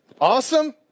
Awesome